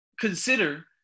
consider